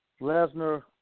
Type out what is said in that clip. Lesnar